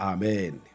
Amen